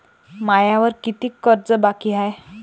मायावर कितीक कर्ज बाकी हाय?